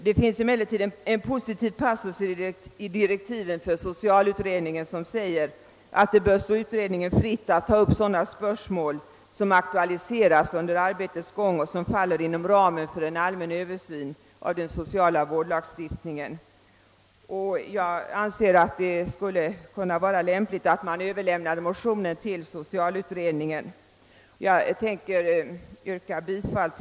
Det finns emellertid en positiv passus i dessa direktiv där det sägs, att det bör stå utredningen fritt att ta upp sådana spörsmål, som aktualiseras under arbetets gång och som faller inom ramen för en allmän översyn av den sociala vårdlagstiftningen. Jag anser att det skulle kunna vara lämpligt att motionerna överlämnades till socialutredningen. Herr talman!